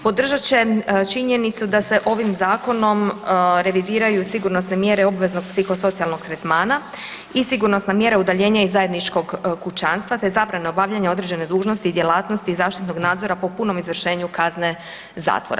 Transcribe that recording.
Podržat će činjenicu da se ovim Zakonom revidiraju sigurnosne mjere obveznog psihosocijalnog tretmana i sigurnosna mjera udaljenja iz zajedničkog kućanstva te zabrana obavljanja određene dužnosti i djelatnosti i zaštitnog nadzora po punom izvršenju kazne zatvora.